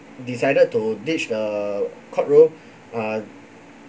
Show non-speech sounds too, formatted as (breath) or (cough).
decided to ditch the courtroom (breath) uh